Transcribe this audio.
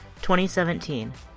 2017